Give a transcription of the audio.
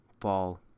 fall